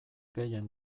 gehien